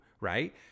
right